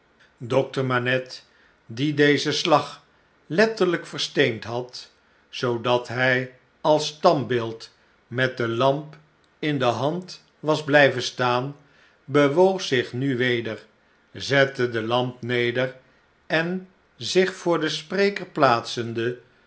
dokter manette dien deze slag letterlyk versteend had zoodat hij als standbeeld met de lamp in de hand was blyven staan bewoog zich nu weder zette de lamp neder en zich voor den spreker plaatsende